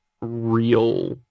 real